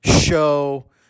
show